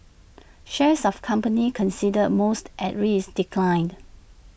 shares of companies considered most at risk declined